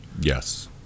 Yes